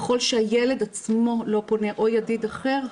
ככל שהילד עצמו לא פונה או ידיד אחר,